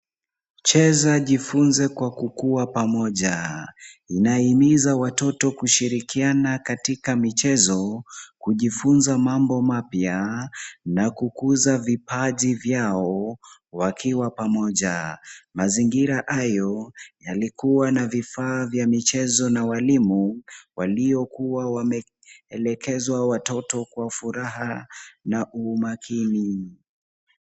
Ukicheza jifunze kwa kukua pamoja. Inahimiza watoto kushirikiana katika michezo, kujifunza mambo mapya na kukuza vipaji vyao, wakiwa pamoja. Mazingira hayo yalikuwa na vifaa vya michezo na walimu waliokuwa wameelekeza watoto kwa furaha na umakini.